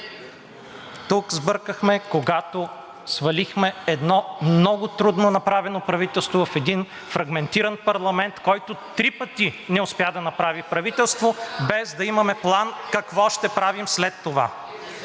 тук сбъркахме, когато свалихме едно много трудно направено правителство в един фрагментиран парламент, който три пъти не успя да направи правителство, без да имаме план какво ще правим след това.“